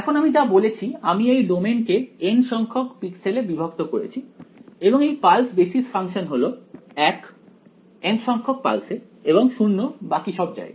এখন আমি যা বলেছি আমি এই ডোমেইন কে N সংখ্যক পিক্সেলে বিভক্ত করেছি এবং এই পালস বেসিস ফাংশন হল 1 n সংখ্যক পালসে এবং 0 বাকি সব জায়গায়